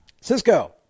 Cisco